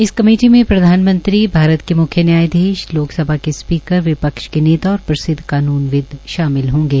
इस कमेटी में प्रधानमंत्री भारत के म्ख्य न्यायधीश लोकसभा के स्पीकर विपक्ष के नेता और प्रसिद्व कानूनविद्व शामिल होंगे